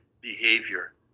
behavior